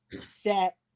set